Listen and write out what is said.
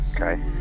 Okay